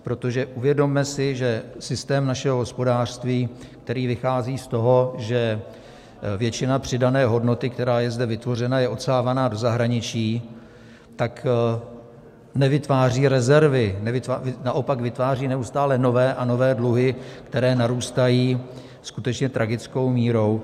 Protože uvědomme si, že systém našeho hospodářství, který vychází z toho, že většina přidané hodnoty, která je zde vytvořena, je odsávána do zahraničí, tak nevytváří rezervy, naopak vytváří neustále nové a nové dluhy, které narůstají skutečně tragickou měrou.